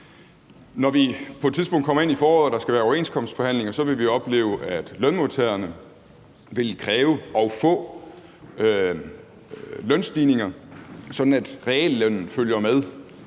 Når vi på et tidspunkt kommer ind i foråret og der skal være overenskomstforhandlinger, vil vi opleve, at lønmodtagerne vil kræve og få lønstigninger, sådan at reallønnen følger med